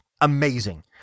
amazing